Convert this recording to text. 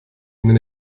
ihnen